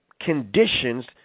conditions